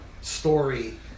story